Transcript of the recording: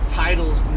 titles